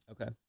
Okay